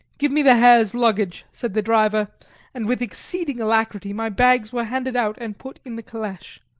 give me the herr's luggage, said the driver and with exceeding alacrity my bags were handed out and put in the caleche.